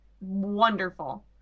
wonderful